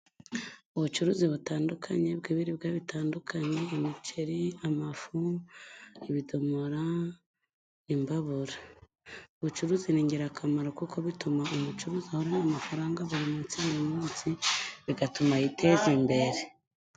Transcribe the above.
Ubucuruzi butandukanye bw'ibiribwa bitandukanye imiceri ,amafu, ibidomora, imbabura, ubucuruza ni ingirakamaro kuko bituma umucuruzi abona amafaranga buri munsi buri munsi bigatuma yiteza imbere.